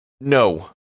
no